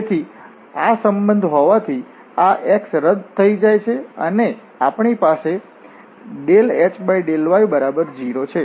તેથી આ સંબંધ હોવાથી આ x રદ થઈ જાય છે અને પછી અમારી પાસે ∂h∂y0 છે